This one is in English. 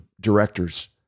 directors